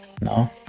no